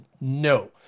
No